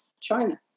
China